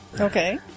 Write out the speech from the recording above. Okay